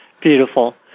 Beautiful